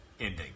ending